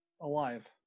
alive